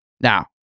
Now